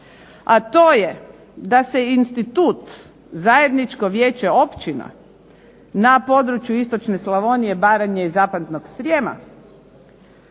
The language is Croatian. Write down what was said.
A to je da se institut Zajedničko vijeće općina na području istočne Slavonije, Baranje i zapadnog Srijema